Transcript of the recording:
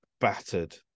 battered